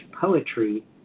poetry